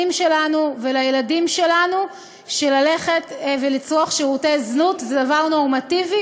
שלנו ולילדים שלנו שללכת ולצרוך שירותי זנות זה דבר נורמטיבי,